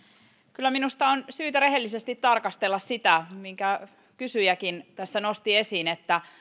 kyllä minusta on syytä rehellisesti tarkastella sitä minkä kysyjäkin tässä nosti esiin että